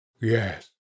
Yes